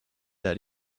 dead